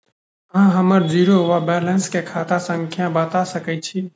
अहाँ हम्मर जीरो वा बैलेंस केँ खाता संख्या बता सकैत छी?